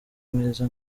mwiza